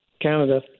Canada